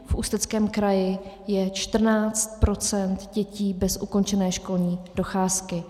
V Ústeckém kraji je 14 % dětí bez ukončené školní docházky.